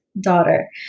daughter